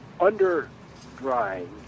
under-drying